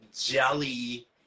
Jelly